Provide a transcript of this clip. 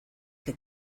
que